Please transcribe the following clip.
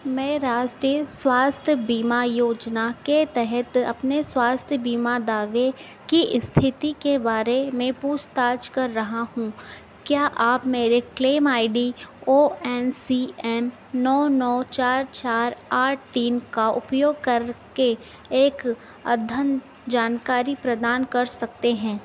मैं राष्टीय स्वास्थ्य बीमा योजना के तहत अपने स्वास्थ्य बीमा दावे की स्थिति के बारे में पूछताछ कर रहा हूँ क्या आप मेरे claim I D O N C M नौ नौ चार चार आठ तीन का उपयोग कर के एक अद्यतन जानकारी प्रदान कर सकते हैं